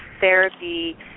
therapy